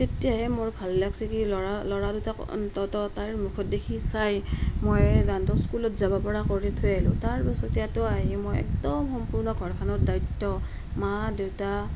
তেতিয়াহে মোৰ ভাল লাগিছে কি ল'ৰা ল'ৰা দুটাক অন্ততঃ তাৰ মুখত দেখি চাই মই তাহাঁতক স্কুলত যাব পৰা কৰি থৈ আহিলো তাৰ পাছত ইয়াতো আহি মই একদম সম্পূৰ্ণ ঘৰখনৰ দ্বায়িত্ব মা দেউতা